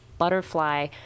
butterfly